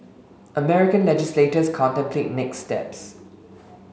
American legislators contemplate next steps